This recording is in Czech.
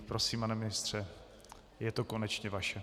Prosím, pane ministře, je to konečně vaše.